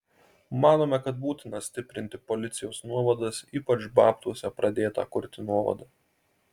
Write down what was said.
manome kad būtina stiprinti policijos nuovadas ypač babtuose pradėtą kurti nuovadą